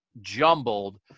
jumbled